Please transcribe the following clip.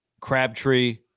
Crabtree